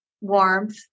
warmth